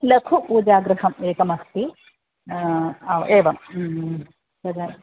लघु पूजागृहम् एकमस्ति एवं तदा